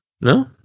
No